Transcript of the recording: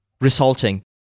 resulting